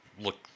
look